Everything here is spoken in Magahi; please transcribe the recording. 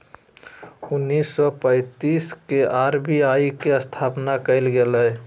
उन्नीस सौ पैंतीस के आर.बी.आई के स्थापना कइल गेलय